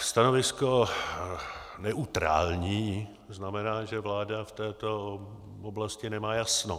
Stanovisko neutrální znamená, že vláda v této oblasti nemá jasno.